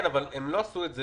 אבל הם לא עשו את זה,